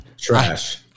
trash